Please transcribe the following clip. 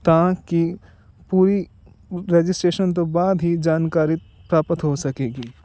ਤਾਂ ਕਿ ਪੂਰੀ ਰਜਿਸਟਰੇਸ਼ਨ ਤੋਂ ਬਾਅਦ ਹੀ ਜਾਣਕਾਰੀ ਪ੍ਰਾਪਤ ਹੋ ਸਕੇਗੀ